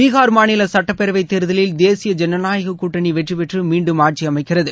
பீகார் மாநில சட்டப்பேரவை தேர்தலில் தேசிய ஜனநாயக கூட்டணி வெற்றி பெற்று மீன்டும் ஆட்சியமைக்கிறது